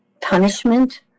punishment